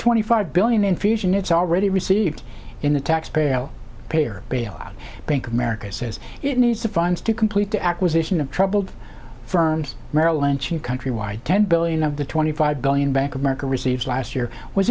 twenty five billion infusion it's already received in the taxpayer pay or bail out bank of america says it needs the funds to complete the acquisition of troubled firms merrill lynch and countrywide ten billion of the twenty five billion bank of america received last year was